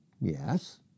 Yes